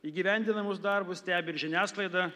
įgyvendinamus darbus stebi ir žiniasklaida